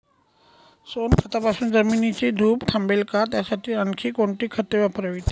सोनखतापासून जमिनीची धूप थांबेल का? त्यासाठी आणखी कोणती खते वापरावीत?